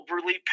overly